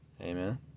Amen